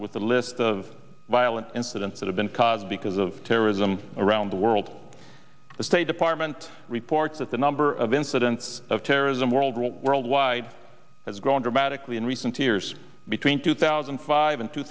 with the list of violent incidents that have been caused because of terrorism around the world the state department reports that the number of incidents of terrorism worldwide worldwide has grown dramatically in recent years between two thousand and five and two